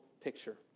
picture